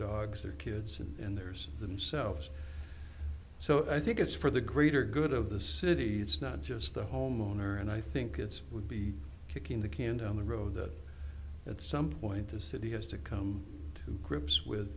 dogs their kids and there's themselves so i think it's for the greater good of the city it's not just the homeowner and i think it would be kicking the can down the road that at some point the city has to come to grips with